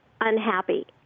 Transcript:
unhappy